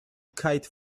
kite